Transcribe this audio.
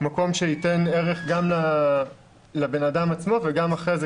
במקום שייתן ערך גם לבן אדם עצמו וגם אחרי זה,